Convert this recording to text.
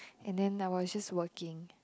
and then I was just working